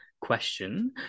question